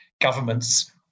governments